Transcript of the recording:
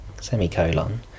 semicolon